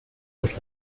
los